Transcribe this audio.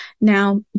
Now